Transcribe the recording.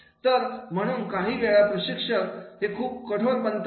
तर म्हणून काही वेळा प्रशिक्षक ते खूप कठोर बनतात